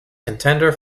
contender